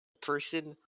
Person